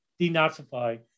denazify